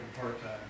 part-time